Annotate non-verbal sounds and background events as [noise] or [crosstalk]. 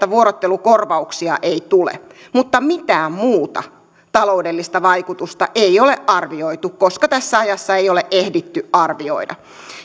[unintelligible] vuorottelukorvauksia ei tule mutta mitään muuta taloudellista vaikutusta ei ole arvioitu koska tässä ajassa ei ole ehditty arvioida